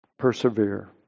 persevere